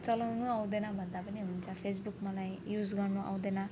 चलाउनु आउँदैन भन्दा पनि हुन्छ फेसबुक मलाई युज गर्नु आउँदैन